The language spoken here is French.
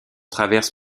traverse